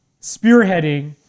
spearheading